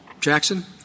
Jackson